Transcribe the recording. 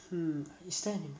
hmm is there anymore